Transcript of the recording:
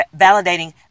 validating